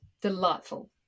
Delightful